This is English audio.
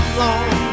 long